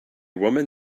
woman